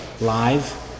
live